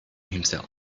himself